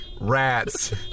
rats